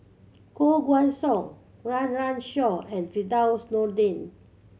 Koh Guan Song Run Run Shaw and Firdaus Nordin